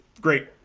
great